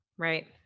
Right